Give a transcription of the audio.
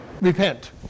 Repent